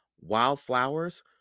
wildflowers